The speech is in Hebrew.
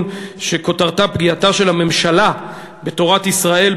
שכותרתה "פגיעתה של הממשלה בתורת ישראל,